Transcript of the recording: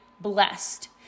blessed